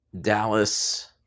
Dallas